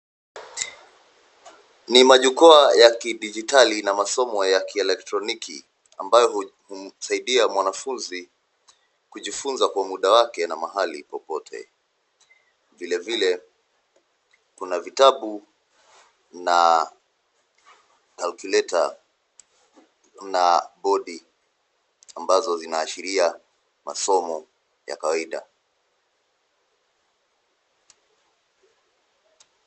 Ni majukwaa ya kidijtali na masomo ya kieletroniki ambayo humsaidia mwanafunzi kujifunza kwa muda wake na mahali popote. Vile vile, kuna vitabu na calculator na bodi ambazo zinaashiria masomo ya kawaida.